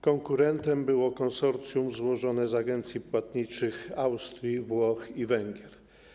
Konkurentem było konsorcjum złożone z agencji płatniczych Austrii, Włoch i Węgier.